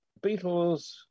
Beatles